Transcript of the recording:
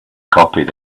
copied